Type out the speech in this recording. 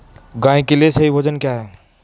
गाय के लिए सही भोजन क्या है?